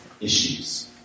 issues